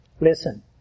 Listen